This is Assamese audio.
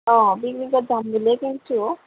অ' পিকনিকত যাম বুলিয়ে কিনিছোঁ